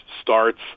starts